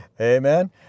Amen